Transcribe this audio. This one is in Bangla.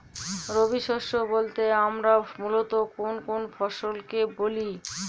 রবি শস্য বলতে আমরা মূলত কোন কোন ফসল কে বলি?